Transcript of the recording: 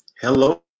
hello